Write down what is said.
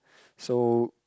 so